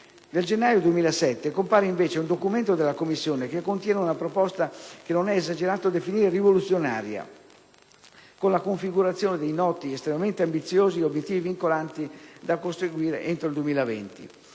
Nel gennaio 2007 compare invece un documento della Commissione che contiene una proposta che non è esagerato definire rivoluzionaria, con la configurazione dei noti, estremamente ambiziosi, obiettivi vincolanti, da conseguire entro il 2020.